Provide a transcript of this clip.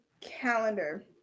calendar